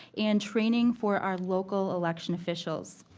and training for our local election officials.